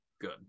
good